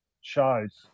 shows